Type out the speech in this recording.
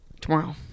Tomorrow